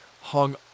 hung